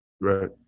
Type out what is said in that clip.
Right